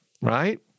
right